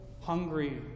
hungry